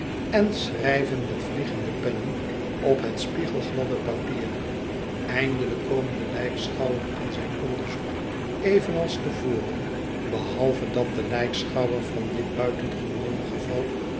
en schrijven met vliegende pennen op liet spiegelgladde papier eindelijk komen de lijkschouwer en zijn onderzoek evenals te voren behalve dat de lijkschouwer van dit buitengewone geval